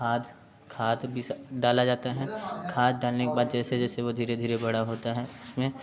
खाद खाद बीस डाला जाता है खाद डालने के बाद जैसे जैसे वो धीरे धीरे बड़ा होता है उसमें